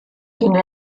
kienu